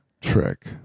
Trick